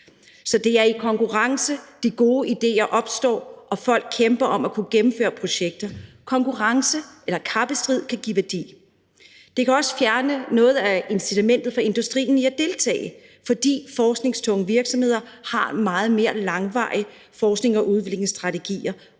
Så det er i konkurrence, de gode idéer opstår, og folk kæmper om at kunne gennemføre projekter. Konkurrence eller kappestrid kan give værdi. Det kan også fjerne noget af incitamentet for industrien i at deltage, fordi forskningstunge virksomheder har meget mere langvarige forsknings- og udviklingsstrategier,